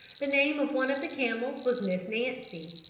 the name of one of the camels was miss nancy,